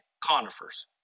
conifers